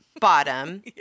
bottom